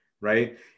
Right